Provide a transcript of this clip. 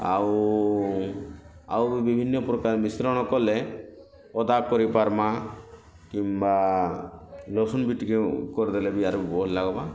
ଆଉ ଆଉ ବିଭିନ୍ନ ପ୍ରକାର ମିଶ୍ରଣ କଲେ ଅଦା କରି ପାର୍ମାଁ କିମ୍ୱା ଲସୁଣ୍ ବି ଟିକେ କରି ଦେଲେ ବି ଆରୁ ଭଲ୍ ଲାଗ୍ବା